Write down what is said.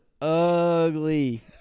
ugly